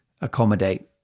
accommodate